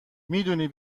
میدونی